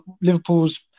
Liverpool's